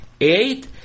eight